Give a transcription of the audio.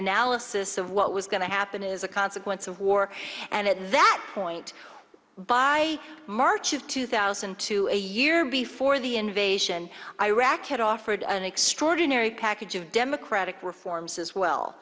analysis of what was going to happen is a consequence of war and at that point by march of two thousand and two a year before the invasion iraq had offered an extraordinary package of democratic reforms as well